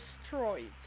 destroyed